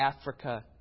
Africa